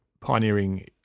pioneering